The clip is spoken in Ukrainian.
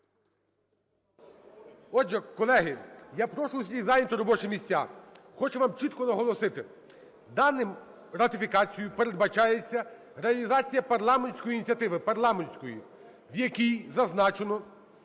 Отже, колеги, я прошу усіх зайняти робочі місця. Хочу вам чітко наголосити, даною ратифікацією передбачається реалізація парламентської ініціативи, парламентської,